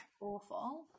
awful